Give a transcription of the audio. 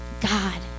God